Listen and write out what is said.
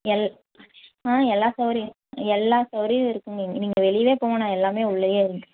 L ம் எல்லா சௌகரியம் எல்லா சௌகரியம் இருக்குதுங்க நீங்கள் வெளியே போக வேணாம் எல்லாமே உள்ளேயே உண்டு